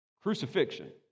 Crucifixion